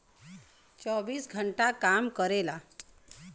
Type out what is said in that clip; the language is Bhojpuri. चौबीस घंटा काम करेला